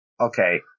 Okay